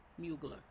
Mugler